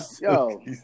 Yo